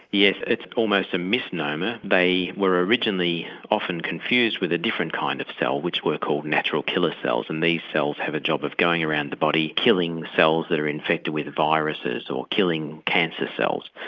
yes it's almost a misnomer. they were originally often confused with a different kind of cell which were called natural killer cells and these cells have a job of going around the body killing cells that are infected with viruses or killing cancer cells.